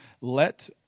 Let